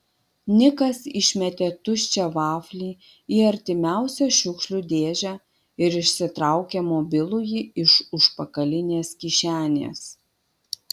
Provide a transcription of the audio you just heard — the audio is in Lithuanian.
nikas išmetė tuščią vaflį į artimiausią šiukšlių dėžę ir išsitraukė mobilųjį iš užpakalinės kišenės